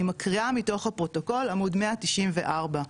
אני מקריאה מתוך הפרוטוקול עמוד 194,